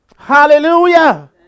Hallelujah